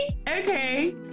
Okay